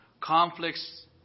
conflicts